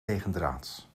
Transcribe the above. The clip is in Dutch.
tegendraads